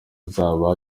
uzaba